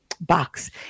box